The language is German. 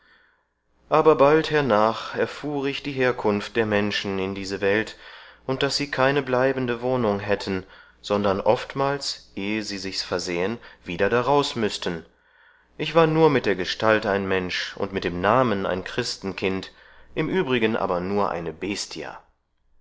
aber bald hernach erfuhr ich die herkunft der menschen in diese welt und daß sie keine bleibende wohnung hätten sondern oftermals ehe sie sichs versähen wieder daraus müßten ich war nur mit der gestalt ein mensch und mit dem namen ein christenkind im übrigen aber nur eine